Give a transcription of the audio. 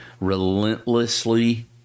relentlessly